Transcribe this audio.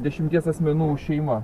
dešimties asmenų šeima